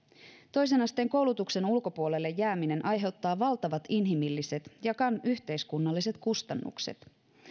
toisen asteen koulutuksen ulkopuolelle jääminen aiheuttaa valtavat inhimilliset ja yhteiskunnalliset kustannukset